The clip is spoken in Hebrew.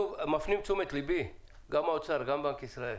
מפנים את תשומת לבי, גם האוצר וגם בנק ישראל,